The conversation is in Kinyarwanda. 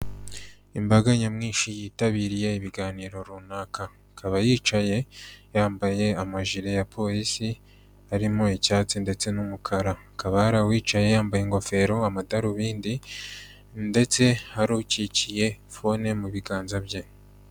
Imbaga nyamwinshi yitabiriye ibiganiro runaka, ikaba yicaye yambaye amajire ya polisi harimo icyatsi ndetse n'umukara, hakaba hari uwicaye yambaye ingofero, amadarubindi ndetse hari ukikiye fone mu biganza bye.